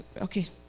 Okay